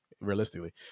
realistically